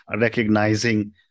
recognizing